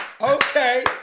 Okay